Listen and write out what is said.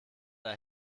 der